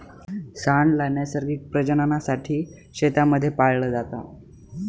सांड ला नैसर्गिक प्रजननासाठी शेतांमध्ये पाळलं जात